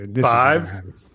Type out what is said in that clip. Five